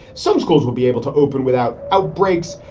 some schools will be able to open without outbreaks,